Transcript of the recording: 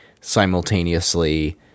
simultaneously